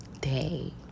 day